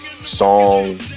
song